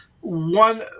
One